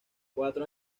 cuatro